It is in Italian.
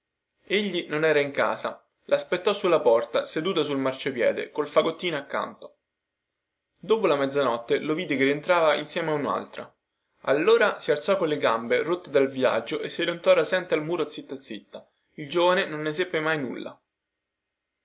egli non era in casa laspettò sulla porta seduta sul marciapiede col fagottino accanto dopo la mezzanotte lo vide che rientrava insieme a unaltra allora si alzò colle gambe rotte dal viaggio e si allontanò rasente al muro zitta zitta il giovane non ne seppe mai nulla